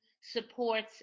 supports